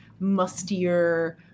mustier